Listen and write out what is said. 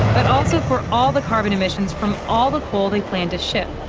but also for all the carbon emissions from all the coal they plan to ship,